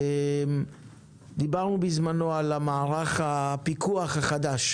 דיברנו בזמנו על מערך הפיקוח החדש,